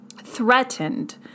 threatened